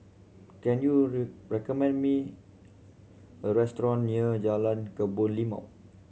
can you ray recommend me a restaurant near Jalan Kebun Limau